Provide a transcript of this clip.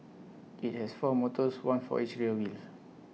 IT has four motors one for each rear wheel